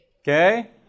Okay